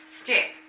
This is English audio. step